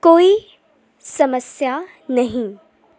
ਕੋਈ ਸਮੱਸਿਆ ਨਹੀਂ